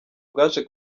bwaje